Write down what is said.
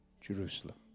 Jerusalem